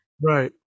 right